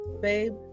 babe